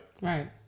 Right